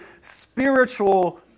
spiritual